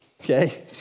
okay